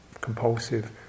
compulsive